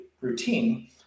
routine